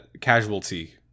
Casualty